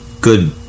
good